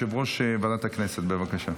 יושב-ראש ועדת הכנסת, בבקשה.